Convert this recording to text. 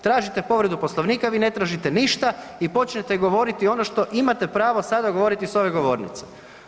Tražite povredu Poslovnika, vi ne tražite ništa i počnete govoriti ono što imate pravo sada govoriti s ove govornice.